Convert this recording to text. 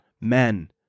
men